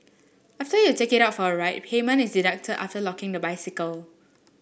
after you take it out for a ride payment is deducted after locking the bicycle